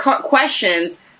questions